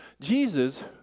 Jesus